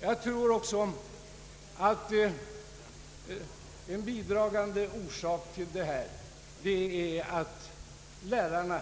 Jag tror också att en bidragande orsak härtill är att lärarna